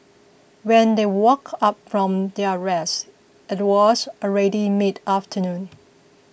when they woke up from their rest it was already mid afternoon